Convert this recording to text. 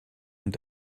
und